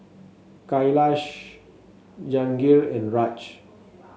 Kailash Jahangir and Raj